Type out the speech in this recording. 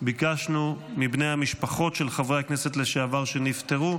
ביקשנו מבני המשפחות של חברי הכנסת לשעבר שנפטרו,